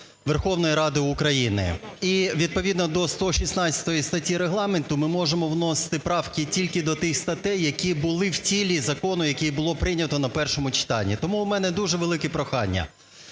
Верховної Ради України. І відповідно до 116 статті Регламенту ми можемо вносити правки тільки до тих статей, які були у тілі закону, який було прийнято на першому читанні. Тому у мене дуже велике прохання,